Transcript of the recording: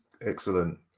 excellent